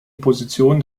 position